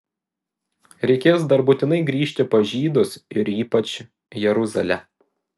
reikės dar būtinai grįžti pas žydus ir ypač jeruzalę